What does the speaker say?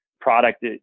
product